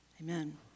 Amen